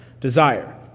desire